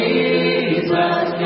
Jesus